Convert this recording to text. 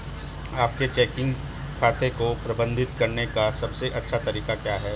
अपने चेकिंग खाते को प्रबंधित करने का सबसे अच्छा तरीका क्या है?